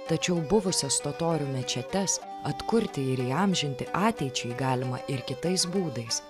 tačiau buvusias totorių mečetes atkurti ir įamžinti ateičiai galima ir kitais būdais